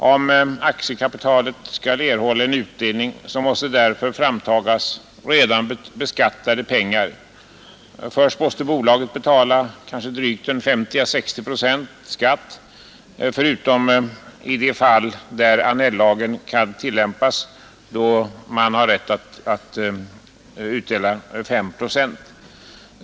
Utdelningen på aktiekapitalet måste däremot betalas av redan beskattade pengar. Först skall bolaget betala 50 å 60 procents skatt — utom i de fall där Annell-lagen kan tillämpas, då avdrag med 5 procent får göras.